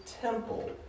temple